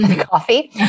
Coffee